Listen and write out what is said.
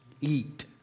eat